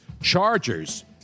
chargers